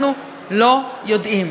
אנחנו לא יודעים.